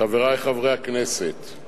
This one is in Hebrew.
חברי חברי הכנסת,